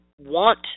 want